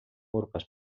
urpes